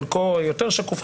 חלקו יותר שקוף,